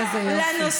מה זה הדבר הזה?